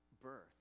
birth